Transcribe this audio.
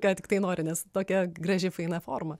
ką tiktai nori nes tokia graži faina forma